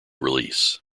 release